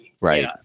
Right